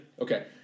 okay